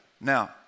Now